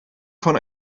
von